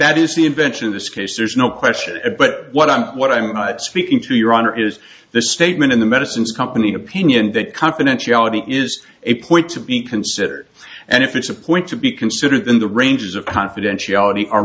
that is the invention of this case there's no question of but what i'm what i'm speaking to your honor is this statement in the medicines company opinion that confidentiality is a point to be considered and if it's a point to be considered in the ranges of confidentiality are